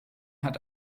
hat